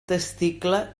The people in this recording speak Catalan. testicle